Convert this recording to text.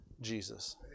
Jesus